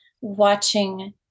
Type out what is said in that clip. watching